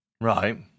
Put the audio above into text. Right